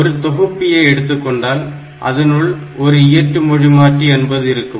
ஒரு தொகுப்பியை எடுத்துக்கொண்டால் அதனுள் ஒரு இயற்று மொழிமாற்றி நிலை என்பது இருக்கும்